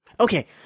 Okay